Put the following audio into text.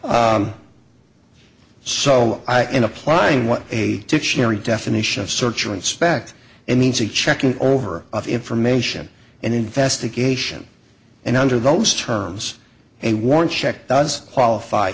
so i am applying what a dictionary definition of search or inspect and means of checking over of information and investigation and under those terms a warrant check does qualify